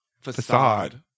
facade